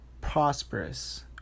Prosperous